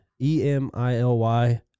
E-M-I-L-Y